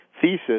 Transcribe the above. thesis